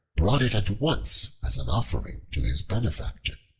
brought it at once as an offering to his benefactor.